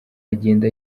agenda